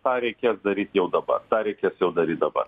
tą reikės daryti jau dabar tą reikės jau daryt dabar